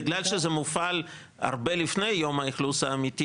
בגלל שזה מופעל הרבה לפני יום האכלוס האמיתי,